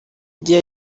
igihe